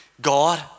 God